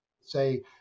Say